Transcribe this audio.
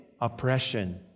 oppression